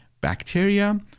bacteria